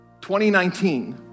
2019